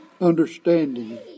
understanding